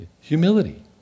Humility